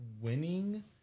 winning